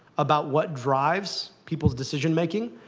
about what drives people's decision-making,